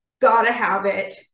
gotta-have-it